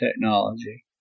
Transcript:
technology